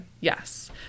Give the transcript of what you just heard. Yes